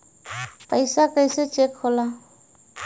पैसा कइसे चेक होला?